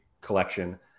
collection